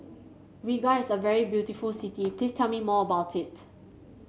Riga is a very beautiful city please tell me more about it